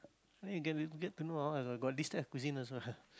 then you get get to know ah oh got this type of cuisine also ah